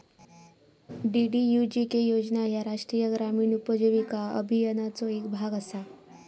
DDUGK योजना ह्या राष्ट्रीय ग्रामीण उपजीविका अभियानाचो येक भाग असा